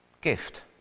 gift